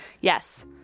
Yes